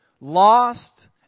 lost